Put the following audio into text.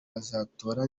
bazatora